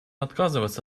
отказаться